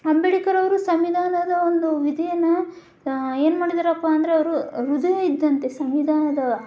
ಅಂಬೇಡ್ಕರ್ ಅವರು ಸಂವಿಧಾನದ ಒಂದು ವಿಧಿಯನ್ನು ಏನು ಮಾಡಿದ್ದಾರಪ್ಪ ಅಂದರೆ ಅವರು ಹೃದಯ ಇದ್ದಂತೆ ಸಂವಿಧಾನದ